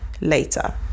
later